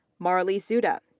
marley suda,